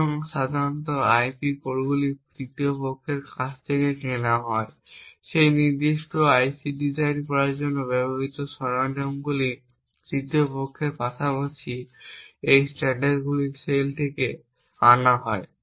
সুতরাং সাধারণত আইপি কোরগুলি তৃতীয় পক্ষের কাছ থেকে কেনা হয় সেই নির্দিষ্ট আইসি ডিজাইন করার জন্য ব্যবহৃত সরঞ্জামগুলি তৃতীয় পক্ষের পাশাপাশি এই স্ট্যান্ডার্ড সেলগুলি থেকেও আনা হয়